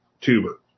tuber